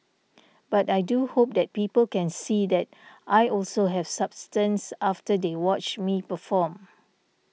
but I do hope that people can see that I also have substance after they watch me perform